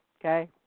Okay